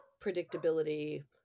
predictability